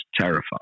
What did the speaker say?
terrified